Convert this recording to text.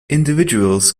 individuals